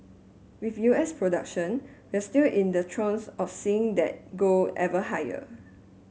with U S production we're still in the throes of seeing that go ever higher